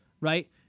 right